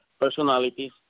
personalities